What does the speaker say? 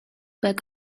back